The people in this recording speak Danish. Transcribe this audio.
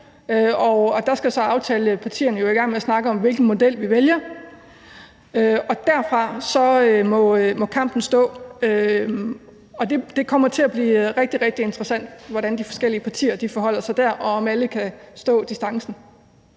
og der skal aftalepartierne jo i gang med at snakke om, hvilken model vi vælger. Og derfra må kampen stå, og det kommer til at blive rigtig, rigtig interessant, hvordan de forskellige partier forholder sig der, og om alle kan stå distancen.